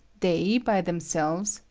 they, by themselves,